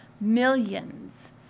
millions